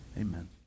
Amen